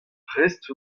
prest